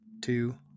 two